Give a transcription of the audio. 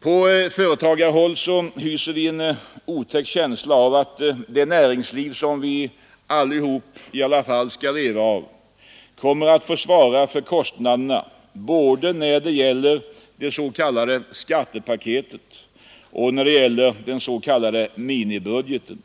På företagarhåll har vi en otäck känsla av att det näringsliv som vi alla i alla fall skall leva av kommer att få svara för kostnaderna både när det gäller det s.k. skattepaketet och när det gäller den s.k. minibudgeten.